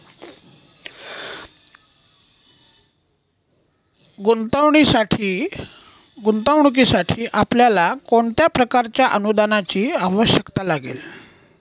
गुंतवणुकीसाठी आपल्याला कोणत्या प्रकारच्या अनुदानाची आवश्यकता लागेल?